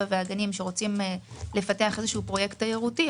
והגנים שרוצים לפתח פרויקט תיירותי,